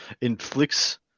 inflicts